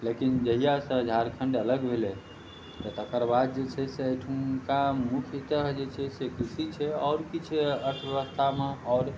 लेकिन जहिआ से झारखण्ड अलग भेलै तऽ तकर बाद जे छै एहिठुनका मुख्यतः जे छै से कृषि छै आओर किछु अर्थव्यवस्थामे आओर